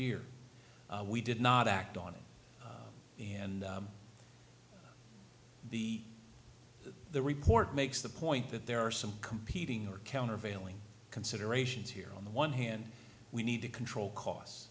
year we did not act on it and the the report makes the point that there are some competing or countervailing considerations here on the one hand we need to control cos